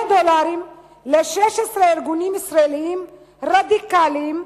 דולרים ל-16 ארגונים ישראליים רדיקליים,